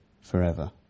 forever